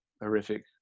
horrific